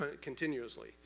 continuously